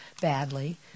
badly